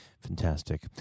Fantastic